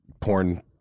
porn